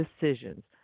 decisions